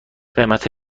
قیمت